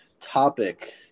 topic